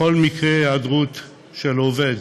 בכל מקרה, היעדרויות של עובד